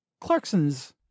clarkson's